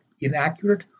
inaccurate